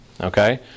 Okay